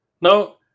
now